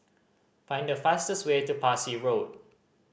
find the fastest way to Parsi Road